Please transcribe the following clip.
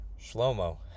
Shlomo